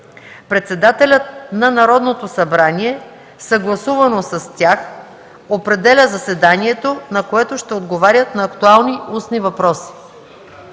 председателят на Народното събрание, съгласувано с тях, определя заседанието, на което ще отговарят на актуални устни въпроси.”